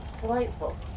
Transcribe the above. Delightful